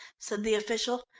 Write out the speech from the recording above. said the official.